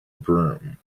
broom